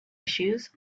issues